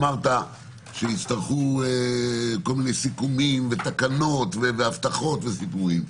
אמרת שצריכים כל מיני תקנות וסיכומים,